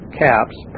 caps